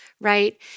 right